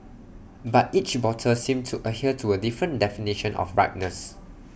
but each bottle seemed to adhere to A different definition of ripeness